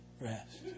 rest